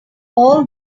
all